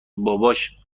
باباش